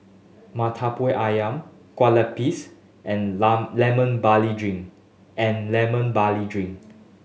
Murtabak Ayam kue lupis and Lemon Barley Drink and Lemon Barley Drink